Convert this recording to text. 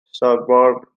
suburb